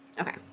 Okay